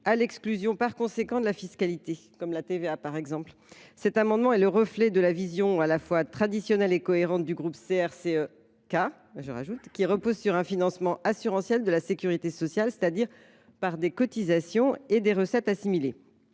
à l’exclusion de la fiscalité, comme la TVA, par exemple. Cet amendement est le reflet de la vision à la fois traditionnelle et cohérente du groupe CRCE K, qui repose sur un financement assurantiel de la sécurité sociale, c’est à dire par des cotisations et des recettes assimilées.